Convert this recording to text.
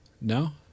no